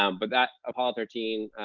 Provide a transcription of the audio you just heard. um but that apollo thirteen,